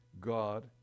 God